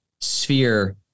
sphere